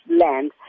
land